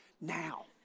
now